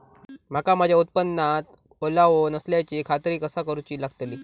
मका माझ्या उत्पादनात ओलावो नसल्याची खात्री कसा करुची लागतली?